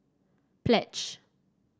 pledge